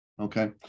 Okay